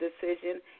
Decision